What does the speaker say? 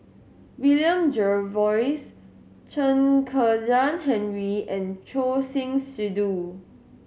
William Jervois Chen Kezhan Henri and Choor Singh Sidhu